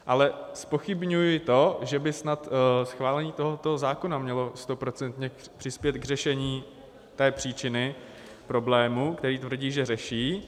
Ale zpochybňuji to, že by snad schválení tohoto zákona mělo stoprocentně přispět k řešení té příčiny problému, který tvrdí, že řeší.